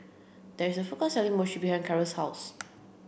there is a food court selling Mochi behind Carrol's house